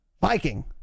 Viking